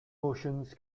motions